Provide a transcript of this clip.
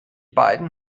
beiden